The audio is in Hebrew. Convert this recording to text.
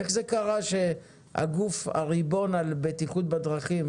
איך זה קרה שהגוף הריבון על בטיחות בדרכים